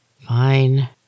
Fine